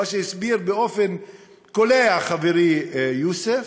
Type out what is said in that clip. מה שהסביר באופן קולע חברי יוסף,